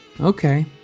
Okay